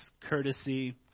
courtesy